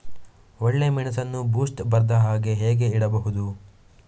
ಒಳ್ಳೆಮೆಣಸನ್ನು ಬೂಸ್ಟ್ ಬರ್ದಹಾಗೆ ಹೇಗೆ ಇಡಬಹುದು?